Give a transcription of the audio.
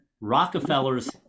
Rockefeller's